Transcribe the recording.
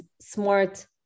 smart